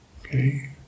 okay